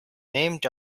named